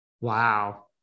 Wow